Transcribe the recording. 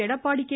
Edappadi K